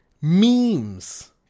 Memes